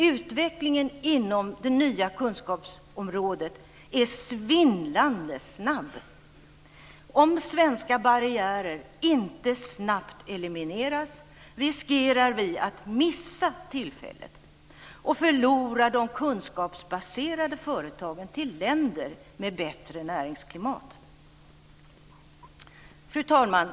Utvecklingen inom den nya kunskapsindustrin är svindlande snabb. Om svenska barriärer inte snabbt elimineras riskerar vi att missa tillfället och förlora de kunskapsbaserade företagen till länder med bättre näringsklimat. Fru talman!